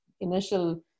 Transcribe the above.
initial